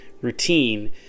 routine